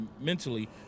mentally